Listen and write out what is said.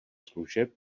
služeb